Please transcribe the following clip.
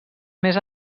més